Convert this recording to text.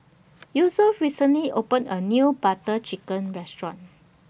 Yosef recently opened A New Butter Chicken Restaurant